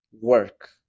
Work